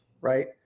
right